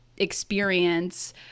experience